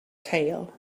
tail